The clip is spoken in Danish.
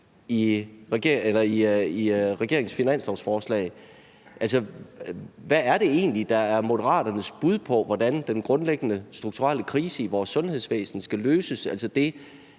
i regeringens finanslovsforslag. Hvad er det egentlig, der er Moderaternes bud på, hvordan den grundlæggende strukturelle krise i vores sundhedsvæsen skal løses